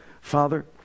Father